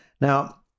Now